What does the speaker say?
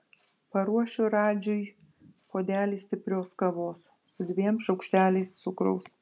paruošiu radžiui puodelį stiprios kavos su dviem šaukšteliais cukraus